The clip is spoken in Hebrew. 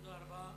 תודה רבה.